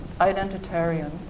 identitarian